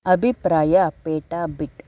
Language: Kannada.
ಅಭಿಪ್ರಾಯ ಪೆಟಾಬಿಟ್